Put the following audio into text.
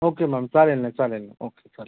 okay ma'am चालेल ना चालेल ओके चालेल